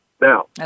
Now